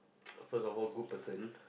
first of all good person